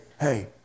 hey